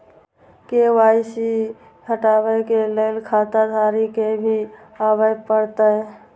KYC हटाबै के लैल खाता धारी के भी आबे परतै?